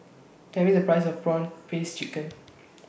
Tell Me The Price of Prawn Paste Chicken